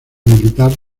militar